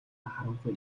харанхуй